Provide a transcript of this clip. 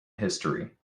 history